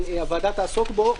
שהוועדה תעסוק בו עוד מעט,